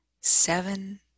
seven